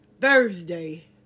Thursday